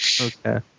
Okay